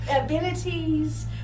abilities